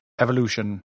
Evolution